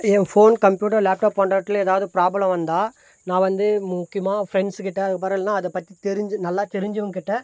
என் phone computer laptop போன்றவற்றில் எதாவது problem வந்தால் நான் வந்து முக்கியமாக ஃப்ரெண்ட்ஸ் கிட்டே அதுக்கப்புறம் இல்லைனா அதை பற்றி தெரிஞ்சு நல்லா தெரிஞ்சவங்க கிட்டே